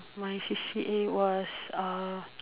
my C_C_A was uh